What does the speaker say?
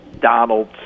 Donald